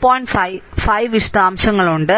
5 5 വിശദാംശങ്ങളുണ്ട്